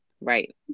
Right